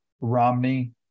Romney